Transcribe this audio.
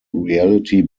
reality